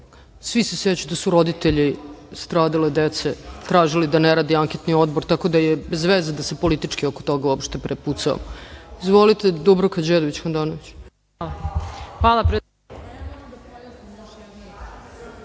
Svi se sećate da su roditelji stradale dece, tražili da ne radi anketni odbor tako da je bezveze da se politički oko toga prepucavamo. Izvolite, Dubravka Đedović Handanović.